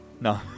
No